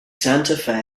santa